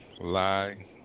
lie